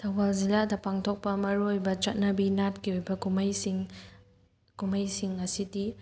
ꯊꯧꯕꯥꯜ ꯖꯤꯂꯥ ꯄꯥꯡꯊꯣꯛꯄ ꯃꯔꯨꯑꯣꯏꯕ ꯆꯠꯅꯕꯤ ꯅꯥꯠꯀꯤ ꯑꯣꯏꯕ ꯀꯨꯝꯍꯩꯁꯤꯡ ꯀꯨꯝꯍꯩꯁꯤꯡ ꯑꯁꯤꯗꯤ